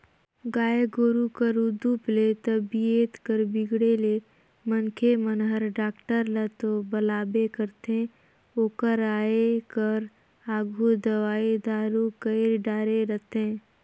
गाय गोरु कर उदुप ले तबीयत कर बिगड़े ले मनखे मन हर डॉक्टर ल तो बलाबे करथे ओकर आये कर आघु दवई दारू कईर डारे रथें